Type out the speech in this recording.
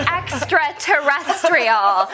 extraterrestrial